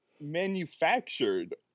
manufactured